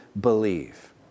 believe